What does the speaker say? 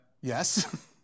Yes